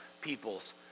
peoples